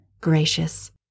gracious